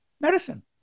medicine